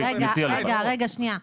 רגע, שנייה.